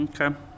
Okay